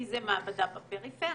כי זה מעבדה בפריפריה,